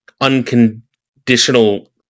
unconditional